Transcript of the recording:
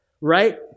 right